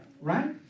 right